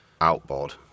Outboard